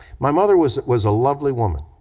my mother was was a lovely woman.